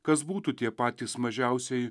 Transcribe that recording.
kas būtų tie patys mažiausieji